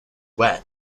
wet